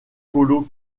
colo